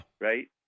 right